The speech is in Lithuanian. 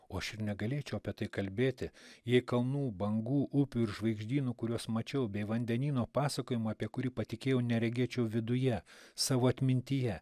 o aš ir negalėčiau apie tai kalbėti jei kalnų bangų upių ir žvaigždynų kuriuos mačiau bei vandenyno pasakojimą apie kurį patikėjau neregėčiau viduje savo atmintyje